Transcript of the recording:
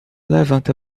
levanta